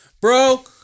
bro